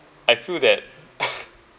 I feel that